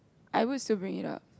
I was sobering it up